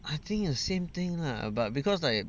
I think the same thing lah err but because like